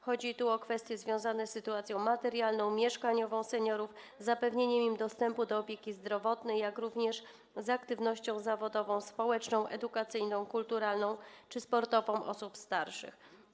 Chodzi tu o kwestie związane z sytuacją materialną, mieszkaniową seniorów, z zapewnieniem im dostępu do opieki zdrowotnej, jak również z aktywnością zawodową, społeczną, edukacyjną, kulturalną czy sportową osób starszych.